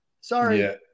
Sorry